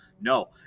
No